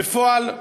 בפועל,